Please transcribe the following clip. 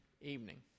evening